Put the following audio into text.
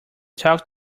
talk